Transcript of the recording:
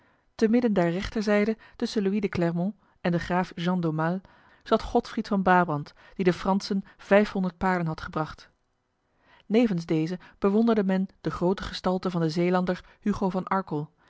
te midden der rechterzijde tussen louis de clermont en de graaf jean d'aumale zat godfried van brabant die de fransen vijfhonderd paarden had gebracht nevens deze bewonderde men de grote gestalte van de zeelander hugo van arkel